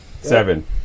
Seven